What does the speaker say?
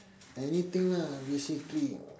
anything lah basically